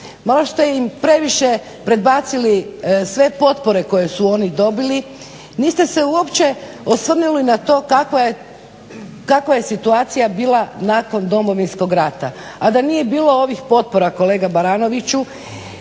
Malo ste im previše predbacili sve potpore koje su oni dobili. Niste se uopće osvrnuli na to kakva je situacija bila nakon Domovinskog rata, a da nije bilo ovih potpora kolega Baranoviću,